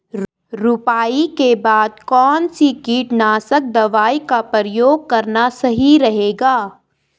रुपाई के बाद कौन सी कीटनाशक दवाई का प्रयोग करना सही रहेगा?